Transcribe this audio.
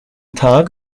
tag